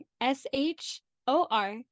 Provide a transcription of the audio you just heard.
s-h-o-r